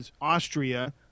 Austria